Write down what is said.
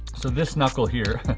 so this knuckle here,